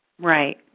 Right